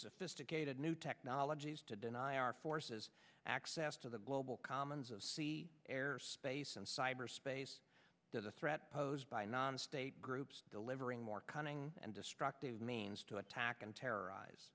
sophisticated new technologies to deny our forces access to the global commons of sea air space and cyberspace to the threat posed by non state groups delivering more cunning and destructive means to attack and terrorize